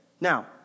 Now